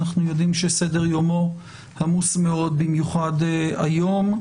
אנחנו יודעים שסדר יומו עמוס, במיוחד היום,